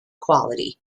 quality